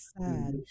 sad